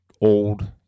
old